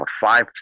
five